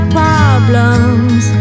problems